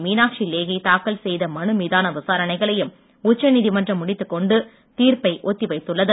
மீனாட்சி லேகி தாக்கல் செய்த மனு மீதான விசாரணைகளையும் உச்ச நீதிமன்றம் முடித்துக்கொண்டு தீர்ப்பை ஒத்தி வைத்துள்ளது